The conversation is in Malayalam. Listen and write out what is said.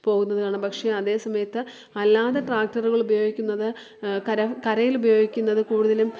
പോവുന്നത് കാണാം പക്ഷേ അതേ സമയത്ത് അല്ലാതെ ട്രാക്ടറുകൾ ഉപയോഗിക്കുന്നത് കര കരയിൽ ഉപയോഗിക്കുന്നത് കൂടുതലും